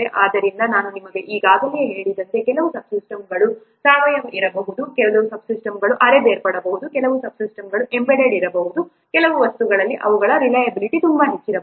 ಆದ್ದರಿಂದ ನಾನು ನಿಮಗೆ ಈಗಾಗಲೇ ಹೇಳಿದಂತೆ ಕೆಲವು ಸಬ್ ಸಿಸ್ಟಮ್ಗಳು ಸಾವಯವ ಇರಬಹುದು ಕೆಲವು ಸಬ್ ಸಿಸ್ಟಮ್ಗಳು ಅರೆ ಬೇರ್ಪಡಬಹುದು ಕೆಲವು ಸಬ್ ಸಿಸ್ಟಮ್ಗಳು ಎಂಬೆಡೆಡ್ ಇರಬಹುದು ಕೆಲವು ವಸ್ತುಗಳಲ್ಲಿ ಅವುಗಳ ವಿರಿಲೈಯಬಿಲಿಟಿ ತುಂಬಾ ಹೆಚ್ಚಿರಬಹುದು